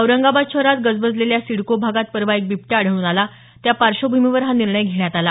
औरंगाबाद शहरात गजबजलेल्या सिडको भागात परवा एक बिबट्या आढळून आला त्या पार्श्वभूमीवर हा निर्णय घेण्यात आला